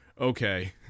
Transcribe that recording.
Okay